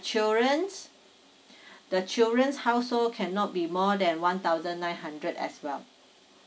children the children's household cannot be more than one thousand nine hundred as well